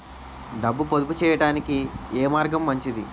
డబ్బు పొదుపు చేయటానికి ఏ మార్గం మంచిది?